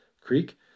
creek